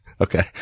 Okay